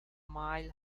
mile